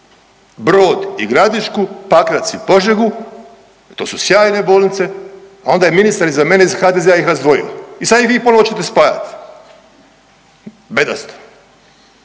Brod i Gradišku, Pakrac i Požegu i to su sjajne bolnice, a onda je ministar iza mene iz HDZ-a ih razdvojio i sad ih vi ponovo hoćete spajat, bedasto,